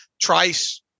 Trice